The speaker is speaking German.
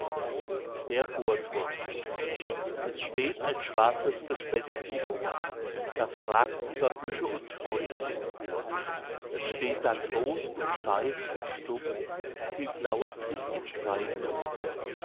der bohrturm es steht ein schwarzes gespenst im moor das ragt über büsche und bäume empor es steht da groß und steif und stumm sieht lauernd sich im kreise um